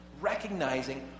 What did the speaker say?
Recognizing